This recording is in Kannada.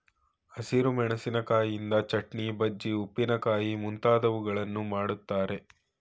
ಹಸಿರು ಮೆಣಸಿಕಾಯಿಯಿಂದ ಚಟ್ನಿ, ಬಜ್ಜಿ, ಉಪ್ಪಿನಕಾಯಿ ಮುಂತಾದವುಗಳನ್ನು ಮಾಡ್ತರೆ